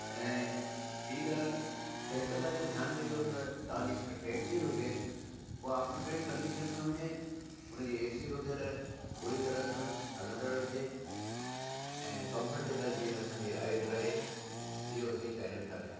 ऐं ॿीं ॻाल्हि त हिकु ॻाल्हि जो ध्यानु ॾिजो त तव्हांजी जेका टेक्सी हुजे उहा अप टू डेट कंडीशन में हुजे हुनजी ए सी वग़ैरह पूरी तरह सां हलंदड़ हुजे ऐं कंफर्टेबल जीअं असांजी राइड रहे इहो असीं चाहियूं था पिया